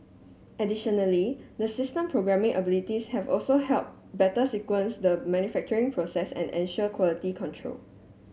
additionally the system programming abilities have also help better sequence the manufacturing process and ensure quality control